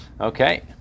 Okay